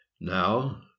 Now